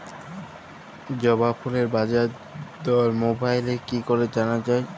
জবা ফুলের বাজার দর মোবাইলে কি করে জানা যায়?